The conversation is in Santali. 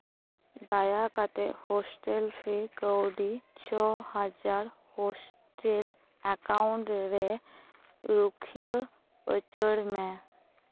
ᱫᱟᱭᱟ ᱠᱟᱛᱮᱜ ᱦᱳᱥᱴᱮᱞ ᱯᱷᱤ ᱠᱟᱹᱣᱰᱤ ᱪᱷᱚ ᱦᱟᱡᱟᱨ ᱦᱳᱥᱴᱮᱞ ᱮᱠᱟᱣᱩᱱᱴ ᱨᱮ ᱨᱩᱠᱷᱭᱟᱹ ᱩᱪᱟᱹᱲ ᱢᱮ